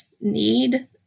need